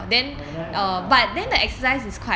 err then hard to find for dinner